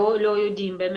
לא יודעת.